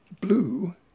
blue